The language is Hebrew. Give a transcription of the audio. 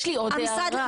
יש לי עוד הערה.